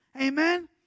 Amen